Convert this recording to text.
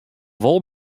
wol